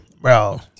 Bro